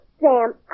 Sam